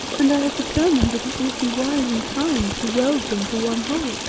and i have determined that it would be wise and kind to weld them to one whole,